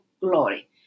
Glory